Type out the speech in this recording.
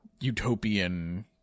utopian